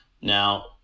Now